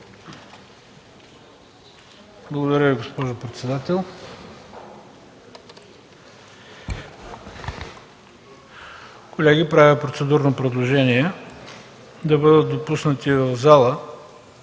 Благодаря Ви, госпожо председател. Колеги, правя процедурно предложение да бъдат допуснати в залата